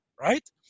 Right